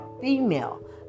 female